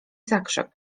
zakrzep